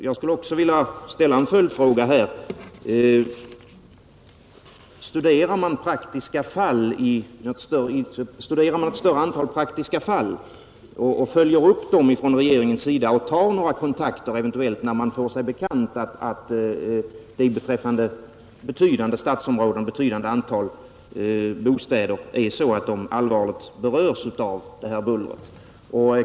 Jag skulle också vilja ställa ett par följdfrågor: Studerar regeringen något större antal praktiska fall och följer upp dem, och tar den kontakter när den får sig bekant att betydande stadsområden och ett betydande antal bostäder allvarligt berörs av bullret?